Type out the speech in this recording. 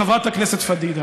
חברת הכנסת פדידה,